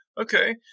okay